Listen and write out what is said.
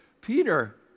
Peter